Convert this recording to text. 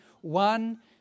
one